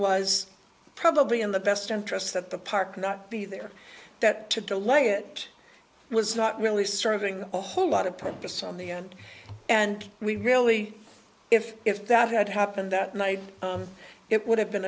was probably in the best interests that the park not be there that to delay it was not really serving a whole lot of purpose on the end and we really if if that had happened that night it would have been